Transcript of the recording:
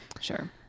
Sure